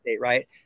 Right